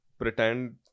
pretend